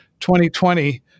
2020